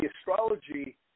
astrology